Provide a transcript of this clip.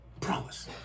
Promise